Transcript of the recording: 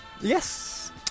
Yes